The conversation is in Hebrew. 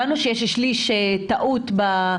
הבנו שיש טעות של 30%,